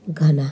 Ghana